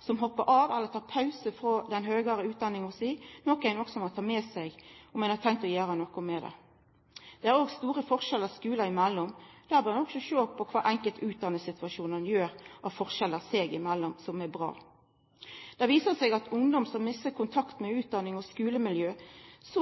som hoppar av eller tek pause frå den høgre utdanninga – noko ein må ta med seg om ein har tenkt å gjera noko med det. Det er òg store forskjellar skulane imellom. Ein bør sjå på kva den einskilde utdanningsinstitusjonen gjer forskjellig frå andre, og som er bra. Det viser seg at for ungdom som misser kontakt med utdannings- og skulemiljø,